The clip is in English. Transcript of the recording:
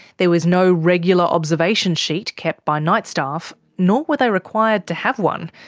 there was no regular observation sheet kept by night staff, nor were they required to have one,